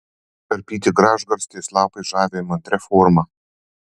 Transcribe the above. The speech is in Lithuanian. karpyti gražgarstės lapai žavi įmantria forma